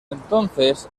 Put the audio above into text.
entonces